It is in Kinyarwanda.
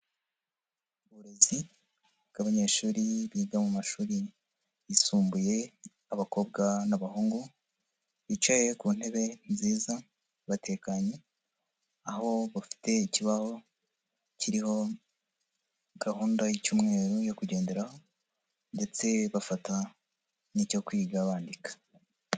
Uburezi bw'abanyeshuri biga mu mashuri yisumbuye abakobwa n'abahungu bicaye ku ntebe nziza batekanye aho bafite ikibaho kiriho gahunda y'icyumweru yo kugenderaho ndetse bafata n'icyo kwiga bandika.